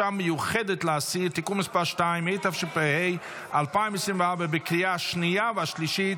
(תיקון מס' 3), התשפ"ה 2024, אושרה בקריאה ראשונה